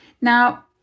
Now